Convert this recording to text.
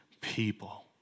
people